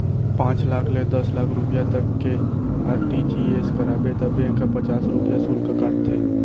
पॉंच लाख ले दस लाख रूपिया तक के आर.टी.जी.एस कराबे त बेंक ह पचास रूपिया सुल्क काटथे